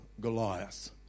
Goliath